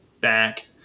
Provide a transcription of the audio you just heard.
back